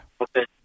Okay